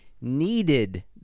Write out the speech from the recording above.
needed